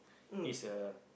is uh